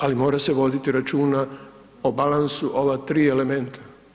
Ali mora se voditi računa o balansu ova tri elementa.